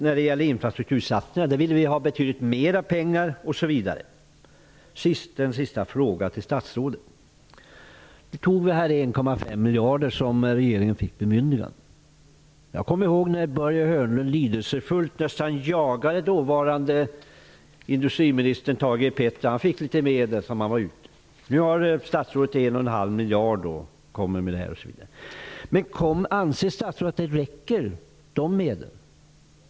När det gäller infrastruktursatsningar behövs det betydligt mera pengar. Regeringen har fått 1,5 miljarder kronor. Jag kommer ihåg när Börje Hörnlund lidelsefullt nästan jagade dåvarande industriministern Thage G Peterson. Han fick tillgång till de medel han var ute efter. Nu har statsrådet tillgång till 1,5 miljarder kronor. Anser statsrådet att dessa medel räcker?